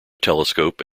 telescope